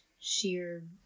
sheer